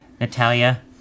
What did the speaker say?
Natalia